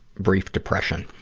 brief depression.